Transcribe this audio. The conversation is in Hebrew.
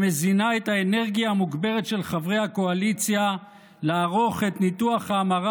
שמזינה את האנרגיה המוגברת של חברי הקואליציה לערוך את ניתוח ההמרה